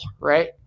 right